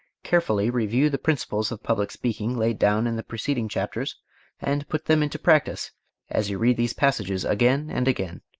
carefully review the principles of public speaking laid down in the preceding chapters and put them into practise as you read these passages again and again.